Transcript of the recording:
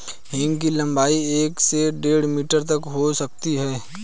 हींग की लंबाई एक से डेढ़ मीटर तक हो सकती है